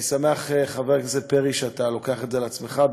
אני שמח, חבר הכנסת פרי, שאתה לוקח את זה על עצמך.